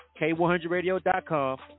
k100radio.com